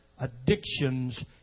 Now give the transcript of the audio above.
addictions